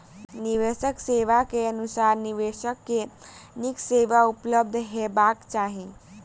निवेश सेवा के अनुसार निवेशक के नीक सेवा उपलब्ध हेबाक चाही